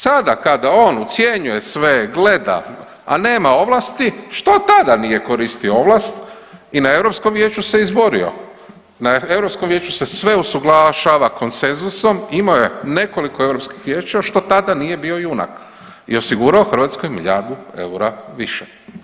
Sada kada on ucjenjuje sve, gleda, a nema ovlasti, što tada nije koristio ovlast i na Europskom vijeću se izborio, na Europskom vijeću se sve usuglašava konsenzusom, imao je nekoliko Europskih vijeća, što tada nije bio junak i osigurao Hrvatskoj milijardu eura više.